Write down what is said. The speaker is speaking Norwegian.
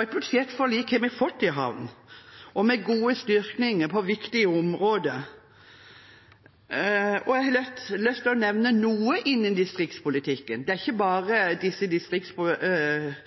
Et budsjettforlik har vi fått i havn – med gode styrkinger på viktige områder. Jeg har lyst til å nevne noe innen distriktspolitikken. Det er ikke bare